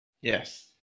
yes